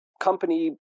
company